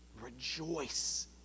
Rejoice